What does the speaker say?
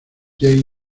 james